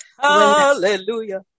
Hallelujah